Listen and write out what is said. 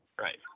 Right